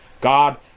God